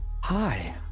Hi